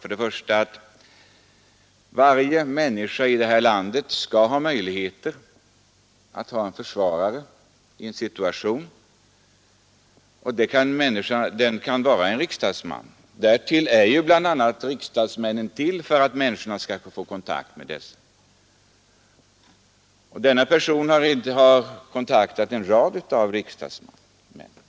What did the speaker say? Varje människa i detta land skall i en svår situation ha möjlighet att få en försvarare. Denne försvarare kan vara en riksdagsman. Riksdagsmännen är ju till för att människor skall kunna ta kontakt med dem. Denna person har kontaktat en rad av riksdagsmän.